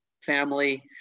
family